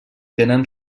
tenen